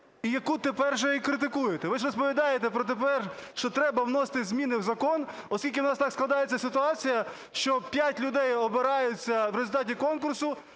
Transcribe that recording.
і яку тепер вже і критикуєте. Ви ж розповідаєте тепер, що треба вносити зміни в закон, оскільки у нас так складається ситуація, що 5 людей обираються в результаті конкурсу,